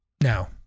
now